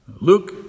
Luke